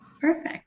Perfect